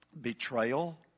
betrayal